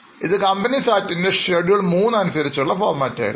ഇത് companies act ൻറെ schedule III അനുസരിച്ചുള്ള ഫോർമാറ്റ് ആയിരുന്നു